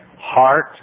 heart